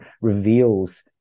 reveals